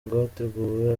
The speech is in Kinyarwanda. rwateguwe